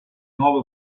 nuove